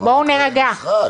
אין שתי אזרחויות.